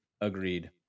Agreed